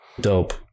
dope